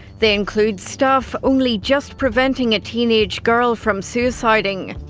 they include staff only just preventing a teenage girl from suiciding.